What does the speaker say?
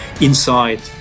inside